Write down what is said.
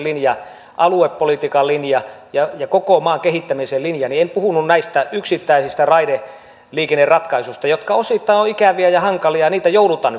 aluepolitiikan linja ja ja koko maan kehittämisen linja niin en puhunut näistä yksittäisistä raideliikenneratkaisuista jotka osittain ovat ikäviä ja hankalia niitä joudutaan